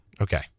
Okay